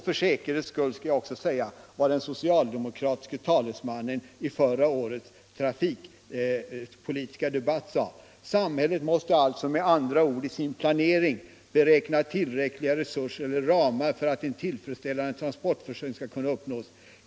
För säkerhets skull skall jag också läsa upp något av vad den socialdemokratiske talesmannen i förra årets trafikpolitiska debatt sade: ”Samhället måste alltså med andra ord i sin planering beräkna tillräckliga resurser eller ramar för att en tillfredsställande transportförsörjning skall kunna uppnås.